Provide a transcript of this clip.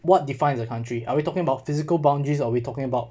what defines the country are we talking about physical boundaries are we talking about